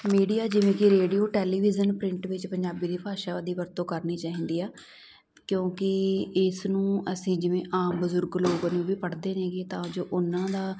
media ਜਿਵੇਂ ਕਿ radio television print ਵਿੱਚ ਪੰਜਾਬੀ ਦੀ ਭਾਸ਼ਾ ਦੀ ਵਰਤੋਂ ਕਰਨੀ ਚਾਹੀਦੀ ਆ ਕਿਉਂਕਿ ਇਸ ਨੂੰ ਅਸੀਂ ਜਿਵੇਂ ਆਮ ਬਜ਼ੁਰਗ ਲੋਕ ਨੂੰ ਵੀ ਪੜ੍ਹਦੇ ਨੇਗੇ ਤਾਂ ਜੋ ਉਹਨਾਂ ਦਾ